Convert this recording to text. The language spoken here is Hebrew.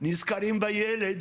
נזכרים בילד